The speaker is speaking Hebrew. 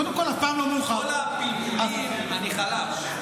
כל הפלפולים, אני חלש.